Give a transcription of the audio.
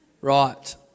Right